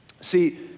See